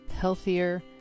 healthier